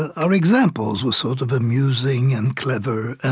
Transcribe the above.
ah our examples were sort of amusing and clever,